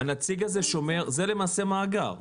הנציג זה שומר זה למעשה מאגר?